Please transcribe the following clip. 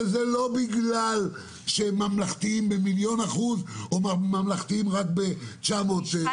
וזה לא בגלל שהם ממלכתיים במיליון אחוז או ממלכתיים רק ב-900%.